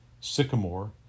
sycamore